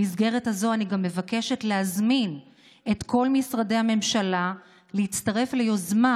במסגרת הזאת אני גם מבקשת להזמין את כל משרדי הממשלה להצטרף ליוזמה